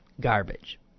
garbage